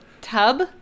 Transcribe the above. Tub